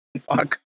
fuck